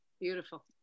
Beautiful